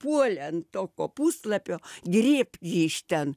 puolė ant to kopūstlapio griebt jį iš ten